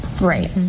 Right